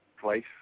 place